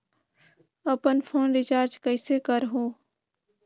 अपन phone recharge कइसे करहु?